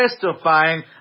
testifying